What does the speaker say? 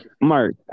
Mark